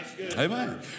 Amen